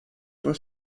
for